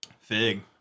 Fig